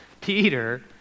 Peter